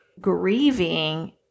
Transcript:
grieving